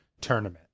tournament